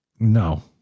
No